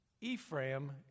Ephraim